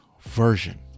version